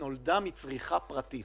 נולדה מצריכה פרטית.